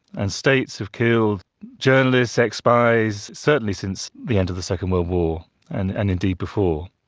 and states have killed journalists, ex-spies, certainly since the end of the second world war and and indeed before.